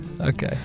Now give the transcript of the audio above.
Okay